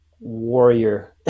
warrior